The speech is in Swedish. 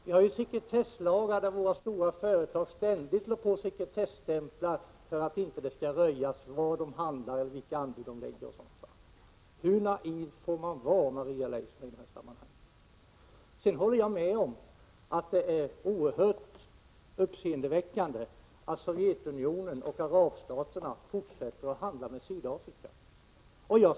Vi har ju sekretesslagar som våra stora företag ständigt utnyttjar för att slå på hemligstämplar för att det inte skall röjas var de handlar, vilka anbud de lägger osv. Hur naiv får man vara i sådana här sammanhang, Maria Leissner? Jag håller med om att det är oerhört uppseendeväckande att Sovjetunionen och arabstaterna fortsätter att handla med Sydafrika.